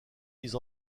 mise